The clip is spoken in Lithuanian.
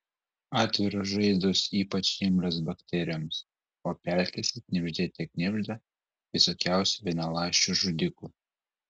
atviros žaizdos ypač imlios bakterijoms o pelkėse knibždėte knibžda visokiausių vienaląsčių žudikų